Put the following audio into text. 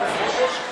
בחודש,